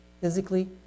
physically